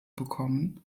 bekommen